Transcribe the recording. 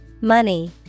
Money